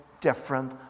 different